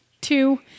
two